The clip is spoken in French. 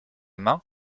main